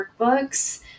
workbooks